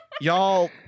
Y'all